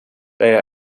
they